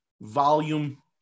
Volume